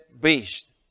beast